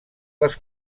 les